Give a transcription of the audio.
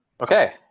okay